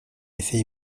effet